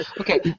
Okay